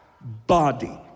body